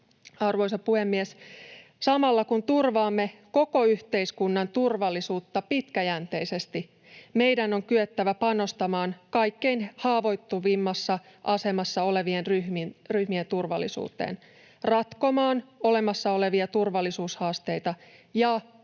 Arvoisa puhemies! Samalla kun turvaamme koko yhteiskunnan turvallisuutta pitkäjänteisesti, meidän on kyettävä panostamaan kaikkein haavoittuvimmassa asemassa olevien ryhmien turvallisuuteen, ratkomaan olemassa olevia turvallisuushaasteita ja